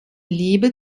liebe